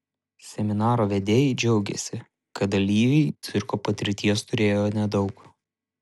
seminaro vedėjai džiaugėsi kad dalyviai cirko patirties turėjo nedaug